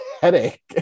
headache